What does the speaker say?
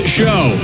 show